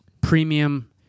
premium